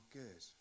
good